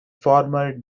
former